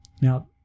Now